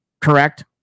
correct